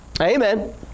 Amen